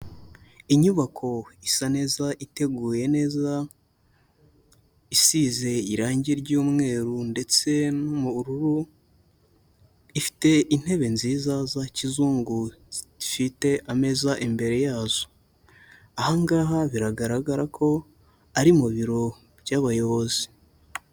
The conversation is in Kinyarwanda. Inyubako isa neza iteguye neza, isize irange ry'umweru ndetse n'ubururu, ifite intebe nziza za kizungu zifite ameza imbere yazo, aha ngaha biragaragara ko ari mu biro by'abayobozi.